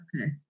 Okay